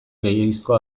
gehiegizko